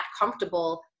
comfortable